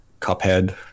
Cuphead